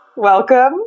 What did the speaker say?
Welcome